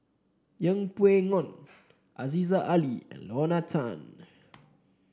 Yeng Pway Ngon Aziza Ali and Lorna Tan